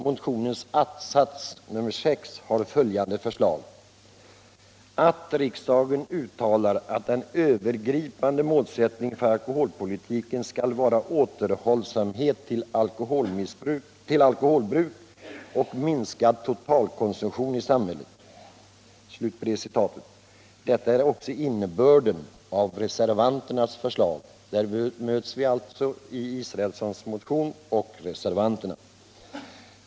Motionens att-sats nr 6 har följande förslag: ”att riksdagen uttalar att den övergripande målsättningen för alkoholpolitiken skall vara återhållsamhet till alkoholbruk och minskad totalkonsumtion i samhället”. Detta är också innebörden av reservanternas förslag. Där möts alltså herr Israelssons motion och vår reservation.